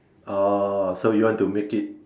orh so you want to make it